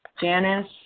Janice